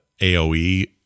AOE